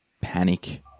panic